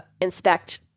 inspect